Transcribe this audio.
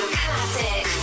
classic